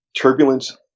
turbulence